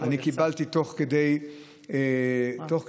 קיבלתי תוך כדי דיון.